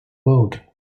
boat